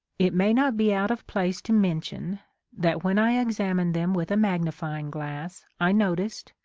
it may not be out of place to mention that when i ex amined them with a magnifying glass i noticed,